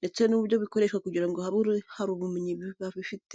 ndetse n'uburyo bikoreshwa kugira ngo habe hari ubumenyi babifiteho.